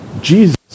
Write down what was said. Jesus